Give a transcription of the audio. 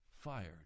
fired